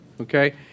okay